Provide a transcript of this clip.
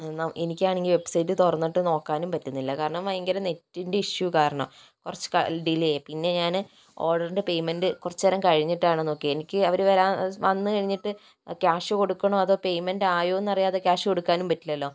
എനിക്കാണെങ്കിൽ വെബ്സൈറ്റ് തുറന്നിട്ട് നോക്കാനും പറ്റുന്നില്ല കാരണം ഭയങ്കര നെറ്റിൻ്റെ ഇഷ്യൂ കാരണം കുറച്ചു ഡിലെ ആയി പിന്നെ ഞാൻ ഓർഡറിൻ്റെ പേയ്മെൻ്റ് കുറച്ചുനേരം കഴിഞ്ഞിട്ടാണ് നോക്കിയത് എനിക്ക് അവര് വന്നു കഴിഞ്ഞിട്ട് ക്യാഷ് കൊടുക്കണോ അതോ പേയ്മെൻ്റ് ആയോ എന്നറിയാതെ ക്യാഷ് കൊടുക്കാനും പറ്റില്ലല്ലോ